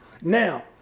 now